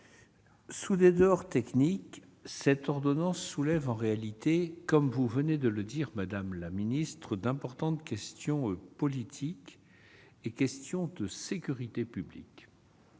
sous des dehors techniques, la présente ordonnance soulève en réalité, comme vous venez de l'indiquer, madame la ministre, d'importantes questions politiques et de sécurité publique.